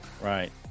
Right